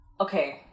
Okay